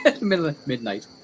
Midnight